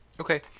Okay